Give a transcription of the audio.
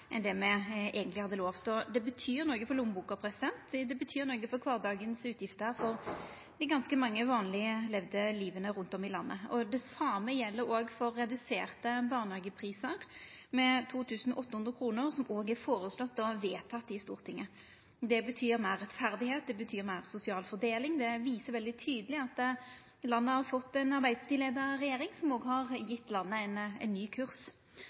enn det me eigentleg hadde lovt. Det betyr noko for lommeboka, det betyr noko for kvardagsutgiftene for ganske mange vanleg levde liv rundt om i landet. Det same gjeld òg for reduserte barnehageprisar, med 2 800 kr, som òg er foreslått og vedteke i Stortinget. Det betyr meir rettferd, det betyr meir sosial fordeling. Det viser veldig tydeleg at landet har fått ei arbeidarpartileidd regjering, som òg har gitt landet ein ny kurs.